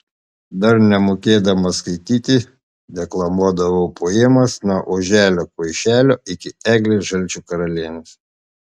dar nemokėdama skaityti deklamuodavau poemas nuo oželio kvaišelio iki eglės žalčių karalienės